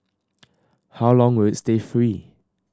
how long will it stay free